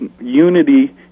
unity